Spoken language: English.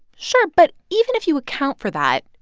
sure. but even if you account for that,